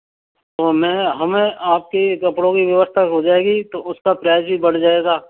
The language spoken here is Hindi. तो मैं हमें आपकी कपड़ों की व्यवस्था हो जाएगी तो उसका प्राइस भी बढ़ जाएगा